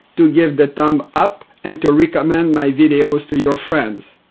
to give the thumb up and to recommend my videos to your friends.